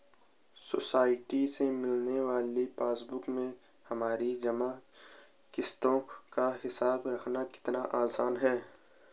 society से मिलने वाली पासबुक में हमारी जमा किश्तों का हिसाब रखना कितना आसान है